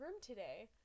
today